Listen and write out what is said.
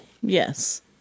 Yes